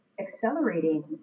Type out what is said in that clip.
accelerating